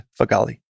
Fagali